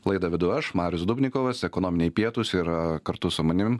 laidą vedu aš marius dubnikovas ekonominiai pietūs ir kartu su manim